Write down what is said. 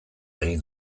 egin